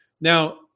Now